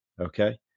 Okay